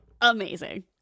amazing